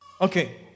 Okay